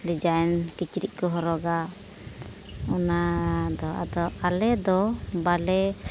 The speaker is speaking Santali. ᱰᱤᱡᱟᱭᱤᱱ ᱠᱤᱪᱨᱤᱡ ᱠᱚ ᱦᱚᱨᱚᱜᱟ ᱚᱱᱟ ᱫᱚ ᱟᱫᱚ ᱟᱞᱮ ᱫᱚ ᱵᱟᱞᱮ